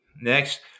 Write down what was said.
Next